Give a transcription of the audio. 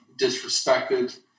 disrespected